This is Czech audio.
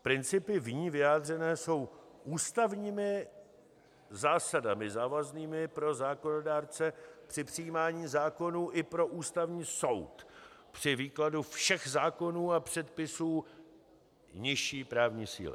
Principy v ní vyjádřené jsou ústavními zásadami závaznými pro zákonodárce při přijímání zákonů i pro Ústavní soud při výkladu všech zákonů a předpisů nižší právní síly.